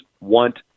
want